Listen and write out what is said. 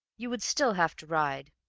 you would still have to ride.